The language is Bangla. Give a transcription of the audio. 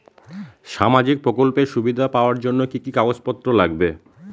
সামাজিক প্রকল্পের সুবিধা পাওয়ার জন্য কি কি কাগজ পত্র লাগবে?